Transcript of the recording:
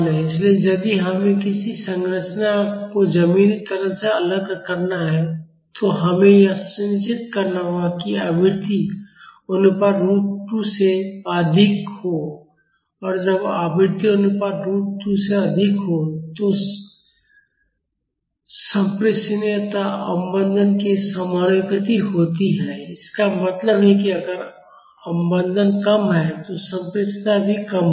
इसलिए यदि हमें किसी संरचना को जमीनी त्वरण से अलग करना है तो हमें यह सुनिश्चित करना होगा कि आवृत्ति अनुपात रूट 2 से अधिक हो और जब आवृत्ति अनुपात रूट 2 से अधिक हो तो संप्रेषणीयता अवमंदन के समानुपाती होती है इसका मतलब है अगर अवमंदन कम है तो संप्रेषणीयता भी कम होगी